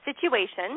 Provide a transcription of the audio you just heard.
situation